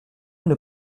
une